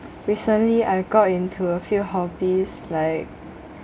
recently I got into a few hobbies like